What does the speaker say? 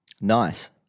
Nice